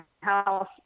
house